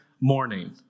morning